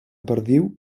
perdiu